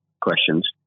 questions